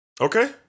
Okay